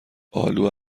آلو